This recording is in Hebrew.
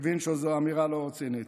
מבין שזו אמירה לא רצינית.